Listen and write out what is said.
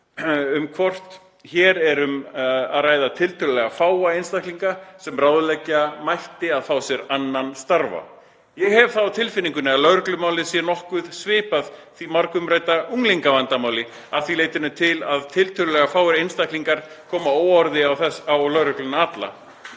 það hvort hér er ekki um að ræða tiltölulega fáa einstaklinga sem ráðleggja mætti að fá sér annan starfa. Ég hef það á tilfinningunni að Lögregluvandamálið sé nokkuð svipað því margumrædda Unglingavandamáli að því leytinu til, að það eru tiltölulega fáir einstaklingar sem koma óorði þessu á lögregluna alla.